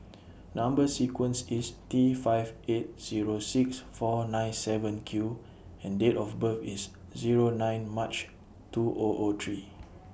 Number sequence IS T five eight Zero six four nine seven Q and Date of birth IS Zero nine March two O O three